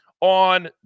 on